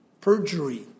Perjury